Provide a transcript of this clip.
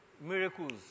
miracles